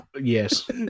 yes